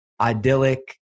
idyllic